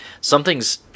something's